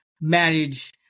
manage